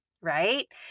right